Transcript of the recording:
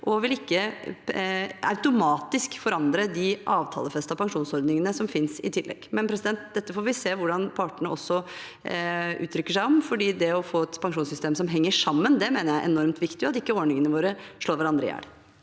og vil ikke automatisk forandre de avtalefestede pensjonsordningene som finnes i tillegg. Vi får se hvordan partene uttrykker seg om dette, for det å få et pensjonssystem som henger sammen, mener jeg er enormt viktig, slik at ikke ordningene våre slår hverandre i hjel.